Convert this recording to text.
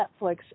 Netflix